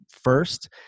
first